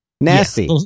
Nasty